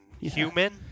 human